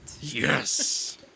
Yes